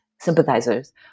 sympathizers